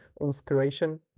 inspiration